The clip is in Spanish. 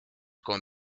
con